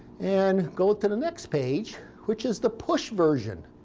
and go to the next page, which is the push version.